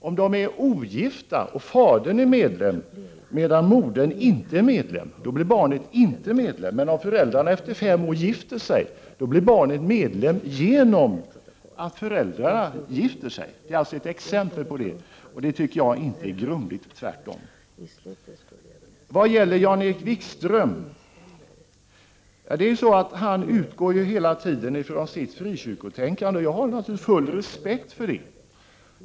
Om de är ogifta och fadern är medlem medan modern inte är medlem, blir barnet inte medlem. Men om föräldrarna efter fem år gifter sig, blir barnet medlem genom att föräldrarna gifter sig. Detta är alltså ett exempel på hur reglerna fungerar. Och jag anser inte detta vara grumligt, tvärtom. Jan-Erik Wikström utgår hela tiden från sitt frikyrkotänkande. Jag har naturligtvis full respekt för det.